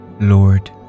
Lord